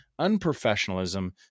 unprofessionalism